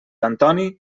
antoni